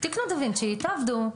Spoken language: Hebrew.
תקנו דה וינצ'י, תעבדו.